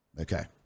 Okay